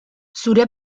zure